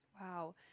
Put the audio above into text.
Wow